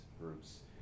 groups